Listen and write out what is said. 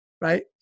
right